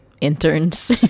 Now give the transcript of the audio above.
Interns